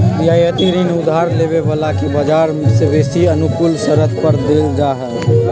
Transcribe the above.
रियायती ऋण उधार लेबे बला के बजार से बेशी अनुकूल शरत पर देल जाइ छइ